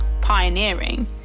pioneering